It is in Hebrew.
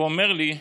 הוא אומר לי: